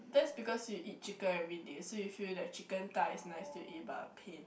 that's because you eat chicken everyday so you feel that chicken thigh is nice to eat but a pain